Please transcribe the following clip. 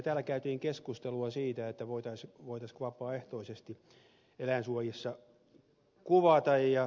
täällä käytiin keskustelua siitä voitaisiinko vapaaehtoisesti eläinsuojissa kuvata